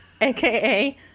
aka